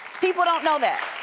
people don't know that